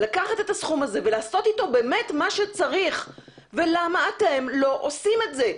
לקחת את הסכום הזה ולעשות איתו באמת מה שצריך ולמה אתם לא עושים את זה?